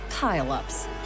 pile-ups